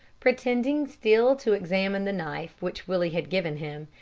pretending still to examine the knife which willie had given him,